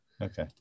okay